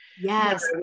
Yes